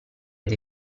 dei